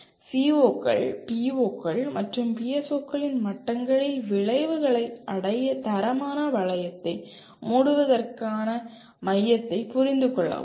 CO கள் PO கள் மற்றும் PSO களின் மட்டங்களில் விளைவுகளை அடைய தரமான வளையத்தை மூடுவதற்கான மையத்தை புரிந்து கொள்ள உதவும்